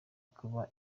kuba